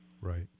Right